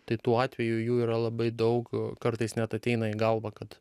tai tų atvejų jų yra labai daug kartais net ateina į galvą kad